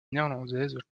néerlandaise